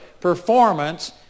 performance